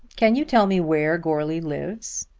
can you tell me where goarly lives?